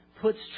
puts